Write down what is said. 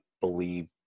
believe